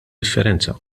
differenza